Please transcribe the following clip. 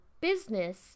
business